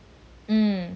mm